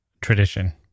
tradition